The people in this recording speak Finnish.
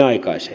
mutta